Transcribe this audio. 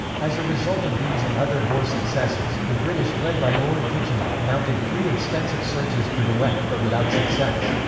as a result of these and other boer successes, the british, led by lord kitchener, mounted three extensive searches for de wet, but without success.